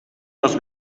nos